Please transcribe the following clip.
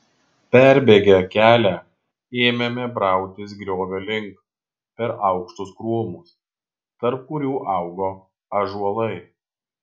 perbėgę kelią ėmėme brautis griovio link per aukštus krūmus tarp kurių augo ąžuolai